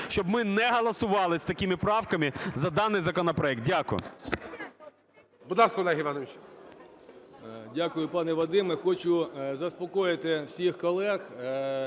щоб ми не голосували з такими правками за даний законопроект. Дякую.